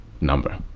number